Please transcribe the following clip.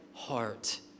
heart